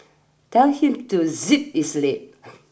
tell him to zip his lip